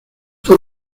fue